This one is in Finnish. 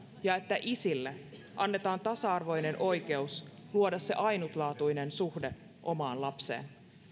ja että isille annetaan tasa arvoinen oikeus luoda se ainutlaatuinen suhde omaan lapseen